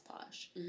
posh